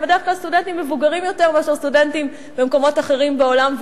בדרך כלל סטודנטים מבוגרים יותר מסטודנטים במקומות אחרים בעולם,